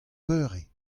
beure